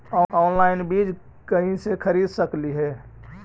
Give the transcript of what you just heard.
Online बीज कईसे खरीद सकली हे?